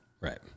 Right